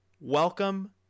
welcome